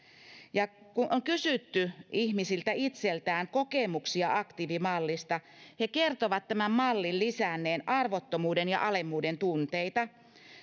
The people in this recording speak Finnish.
kun on kysytty ihmisiltä itseltään kokemuksia aktiivimallista he kertovat tämän mallin lisänneen arvottomuuden ja alemmuuden tunteita